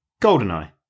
Goldeneye